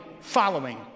following